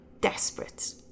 desperate